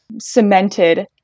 cemented